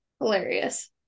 Hilarious